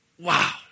Wow